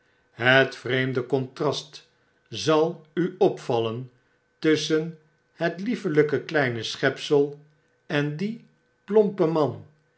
het vreemde contrast zal u op vallen tusschen het liefelyke kleine schepsel en dien plompen man